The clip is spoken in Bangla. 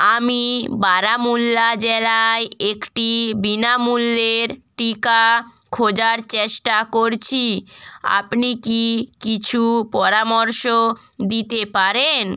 আমি বারামুল্লা জেলায় একটি বিনামূল্যের টিকা খোঁজার চেষ্টা করছি আপনি কি কিছু পরামর্শ দিতে পারেন